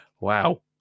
Wow